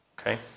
Okay